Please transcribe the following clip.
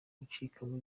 gucikamo